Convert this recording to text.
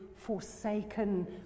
forsaken